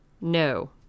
No